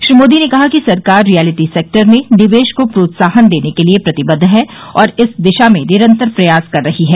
श्री मोदी ने कहा कि सरकार रियलिटी सेक्टर में निवेश को प्रोत्साहन देने के लिए प्रतिबद्व है और इस दिशा में निरंतर प्रयास कर रही है